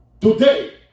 today